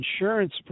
insurance